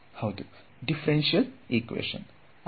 differential equation